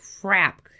crap